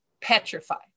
petrified